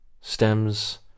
stems